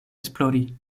esplori